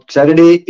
Saturday